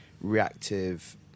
reactive